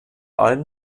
allem